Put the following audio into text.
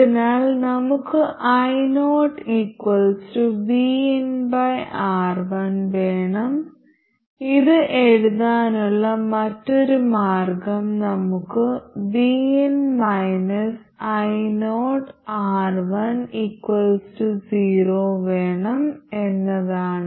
അതിനാൽ നമുക്ക് iovinR1 വേണം ഇത് എഴുതാനുള്ള മറ്റൊരു മാർഗ്ഗം നമുക്ക് vin ioR10 വേണം എന്നതാണ്